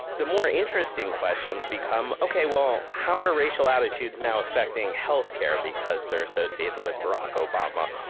the more interesting questions become, okay, well, how are racial attitudes now affecting healthcare because they're associated with barack obama?